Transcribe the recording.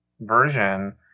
version